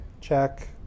check